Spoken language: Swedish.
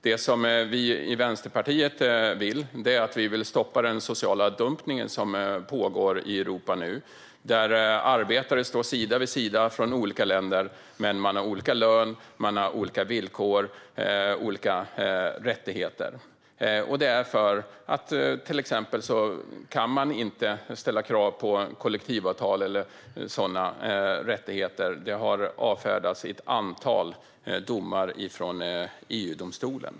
Det vi i Vänsterpartiet vill är att stoppa den sociala dumpning som nu pågår i Europa, där arbetare från olika länder står sida vid sida men har olika löner, villkor och rättigheter. Till exempel kan man inte ställa krav på kollektivavtal eller sådana rättigheter; det har avfärdats i ett antal domar från EU-domstolen.